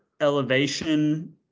elevation